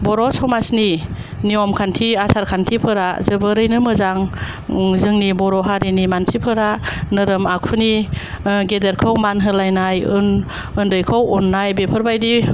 बर' समाजनि नियमखान्थि आसारखान्थिफोरा जोबोरैनो मोजां जोंनि बर'हारिनि मानसि फोरा नोरोम आखुनि गेदेरखौ मान होलायनाय उन्दैखौ अननाय बेफोरबायदि